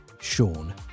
Sean